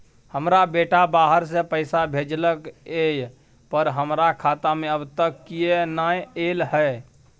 हमर बेटा बाहर से पैसा भेजलक एय पर हमरा खाता में अब तक किये नाय ऐल है?